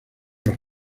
los